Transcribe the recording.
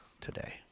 today